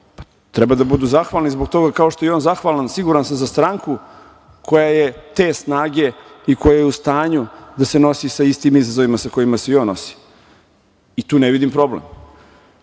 Treba da budu zahvalni zbog toga, kao što je i on zahvalan, siguran sam, za stranku koja je te snage i koja je u stanju da se nosi sa istim izazovima sa kojima se i on nosi. Tu ne vidim problem. Vi